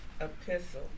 epistle